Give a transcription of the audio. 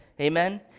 amen